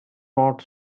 not